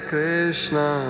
Krishna